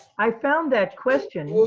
i found that question.